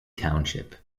township